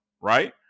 Right